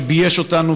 שבייש אותנו,